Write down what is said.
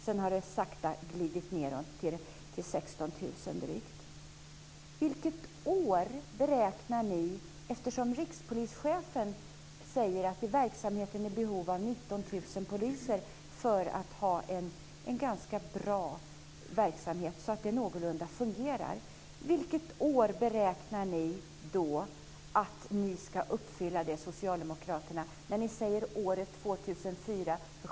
Sedan har det sakta glidit ned till drygt 16 000. Rikspolischefen säger att verksamheten behöver 19 000 poliser för att fungera någorlunda bra. Vilket år beräknar ni socialdemokrater att ni ska uppfylla det? Ni säger 17 000 poliser år 2004.